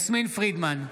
יסמין פרידמן,